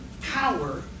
power